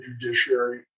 judiciary